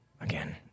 again